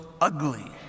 ugly